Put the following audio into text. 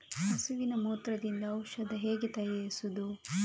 ಹಸುವಿನ ಮೂತ್ರದಿಂದ ಔಷಧ ಹೇಗೆ ತಯಾರಿಸುವುದು?